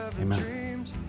amen